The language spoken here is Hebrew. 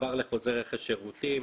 מעבר לחוזי רכש שירותים,